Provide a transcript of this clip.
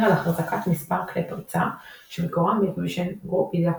על החזקת מספר כלי פריצה שמקורם ב- Equation group בידי הקבוצה.